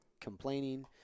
complaining